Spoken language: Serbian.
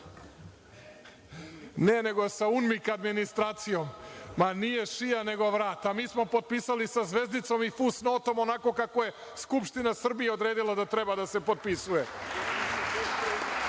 Ne, nego sa UNMIK administracijom. Ma, nije šija, nego vrat, a mi smo potpisali sa zvezdicom i fusnotom onako kako je Skupština Srbije odredila da treba da se potpisuje.